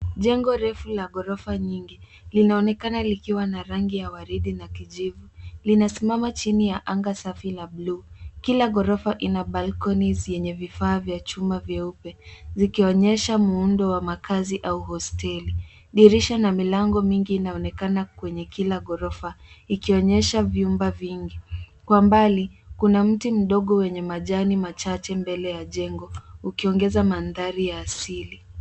Jengo refu la ghorofa nyingi linaonekana likiwa na rangi ya waridi na kijivu. Linasimama chini ya anga safi la blue . Kila ghorofa ina balconies yenye vifaa vya chuma vyeupe zikionyesha muundo wa makazi au hosteli. Dirisha na milango mingi inaonekana kwenye kila ghorofa ikionyesha vyumba vingi. Kwa mbali kuna mti mdogo wenye majani machache mbele ya jengo ukiongeza mandhari ya asili.